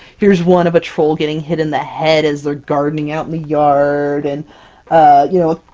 here's one of a troll getting hit in the head as they're gardening out in the yard, and you know,